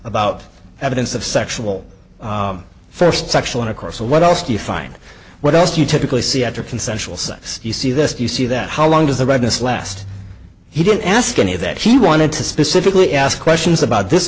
about evidence of sexual first sexual intercourse and what else do you find what else do you typically see after consensual sex you see this you see that how long does the redness last he didn't ask any of that he wanted to specifically ask questions about this